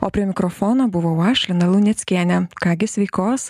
o prie mikrofono buvau aš lina luneckienė ką gi sveikos